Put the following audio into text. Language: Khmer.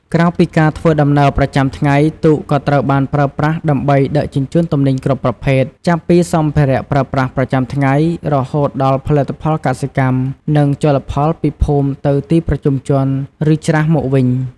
ក្រៅពីការធ្វើដំណើរប្រចាំថ្ងៃ ទូកក៏ត្រូវបានប្រើប្រាស់ដើម្បីដឹកជញ្ជូនទំនិញគ្រប់ប្រភេទ ចាប់ពីសម្ភារៈប្រើប្រាស់ប្រចាំថ្ងៃ រហូតដល់ផលិតផលកសិកម្ម និងជលផលពីភូមិទៅទីប្រជុំជន ឬច្រាសមកវិញ។